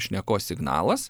šnekos signalas